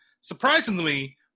surprisingly